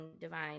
divine